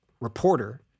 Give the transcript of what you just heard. reporter